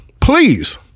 please